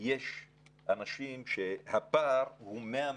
יש אנשים שהפער הוא 100 מטר.